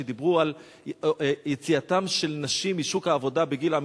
כשדיברו על יציאתן של נשים משוק העבודה בגיל העמידה.